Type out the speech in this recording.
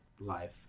life